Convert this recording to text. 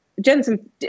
Jensen